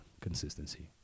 consistency